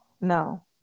No